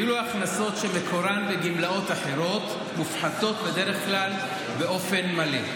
ואילו הכנסות שמקורן בגמלאות אחרות מופחתות בדרך כלל באופן מלא.